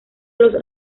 los